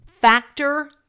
Factor